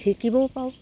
শিকিবও পাৰোঁ